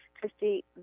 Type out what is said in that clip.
Christy